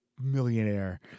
millionaire